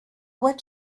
what